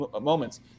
moments